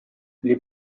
les